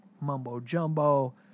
mumbo-jumbo